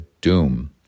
doom